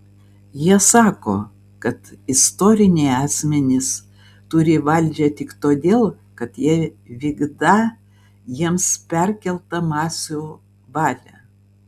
jie sako kad istoriniai asmenys turį valdžią tik todėl kad jie vykdą jiems perkeltą masių valią